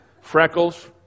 freckles